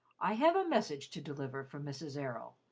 i have a message to deliver from mrs. errol,